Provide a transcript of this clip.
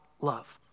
love